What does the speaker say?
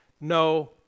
no